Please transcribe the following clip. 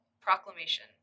proclamation